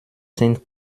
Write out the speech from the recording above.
sind